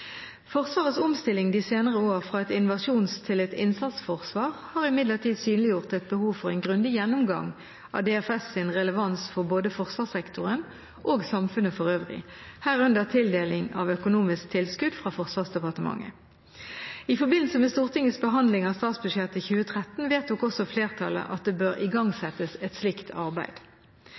Forsvarets omstilling de senere år fra et invasjonsforsvar til et innsatsforsvar har imidlertid synliggjort et behov for en grundig gjennomgang av DFS’ relevans for både forsvarsektoren og samfunnet for øvrig, herunder tildeling av økonomisk tilskudd fra Forsvarsdepartementet. I forbindelse med Stortingets behandling av statsbudsjettet 2013 vedtok også flertallet at det bør igangsettes et slikt arbeid.